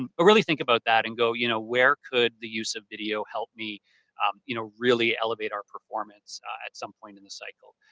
um ah really think about that and go, you know where could the use of video help me you know really elevate our performance at some point in the cycle?